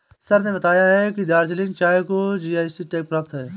sir ने बताया कि दार्जिलिंग चाय को जी.आई टैग प्राप्त है